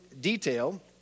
detail